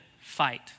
fight